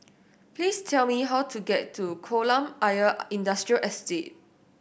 please tell me how to get to Kolam Ayer Industrial Estate